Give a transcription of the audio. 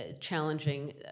challenging